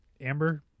Amber